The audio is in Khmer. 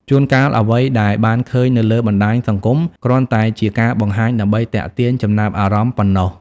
ជួនកាលអ្វីដែលបានឃើញនៅលើបណ្តាញសង្គម គ្រាន់តែជាការបង្ហាញដើម្បីទាក់ទាញចំណាប់អារម្មណ៍ប៉ុណ្ណោះ។